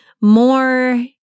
More